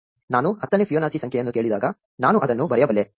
ನಾನು ಹತ್ತನೇ ಫಿಬೊನಾಸಿ ಸಂಖ್ಯೆಯನ್ನು ಕೇಳಿದಾಗ ನಾನು ಅದನ್ನು ಬರೆಯಬಲ್ಲೆ